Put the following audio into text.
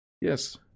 Yes